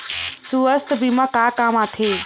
सुवास्थ बीमा का काम आ थे?